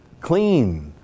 clean